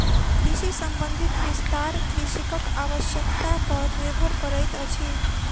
कृषि संबंधी विस्तार कृषकक आवश्यता पर निर्भर करैतअछि